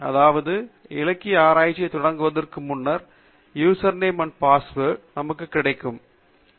அதாவது இலக்கிய ஆராய்ச்சியைத் தொடங்குவதற்கு முன்னர் யூசர் நேம் அண்ட் பாஸ்வேர்டு நமக்குக் கிடைக்க வேண்டும்